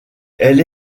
elle